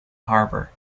harbour